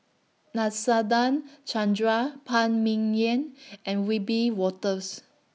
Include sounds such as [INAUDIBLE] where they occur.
Nadasen [NOISE] Chandra Phan Ming Yen [NOISE] and Wiebe Wolters